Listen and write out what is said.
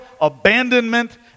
abandonment